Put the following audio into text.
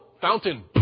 fountain